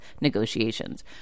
negotiations